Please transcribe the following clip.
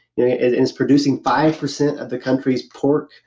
yeah it's producing five percent of the country's pork